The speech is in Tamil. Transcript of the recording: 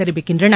தெரிவிக்கின்றன